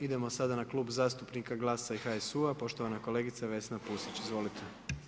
Idemo sada na Klub zastupnika GLAS-a i HSU-a, poštovana kolegica, Vesna Pusić, izvolite.